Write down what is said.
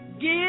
Give